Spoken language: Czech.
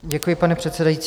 Děkuji, pane předsedající.